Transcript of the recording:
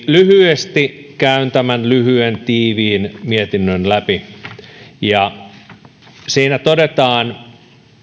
lyhyesti käyn tämän lyhyen tiiviin mietinnön läpi siinä todetaan